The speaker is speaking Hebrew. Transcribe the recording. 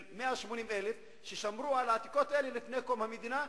180,000 הבדואים שמרו על העתיקות לפני קום המדינה,